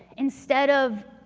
instead of,